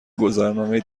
گذرنامه